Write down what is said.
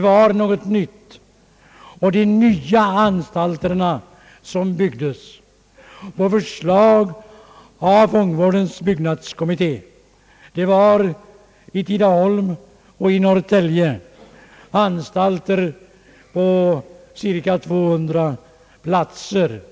Uppgiften var alltså ny. På förslag av fångvårdens byggnadskommitté uppfördes anstalterna i Tidaholm och Norrtälje med cirka 200 platser vardera.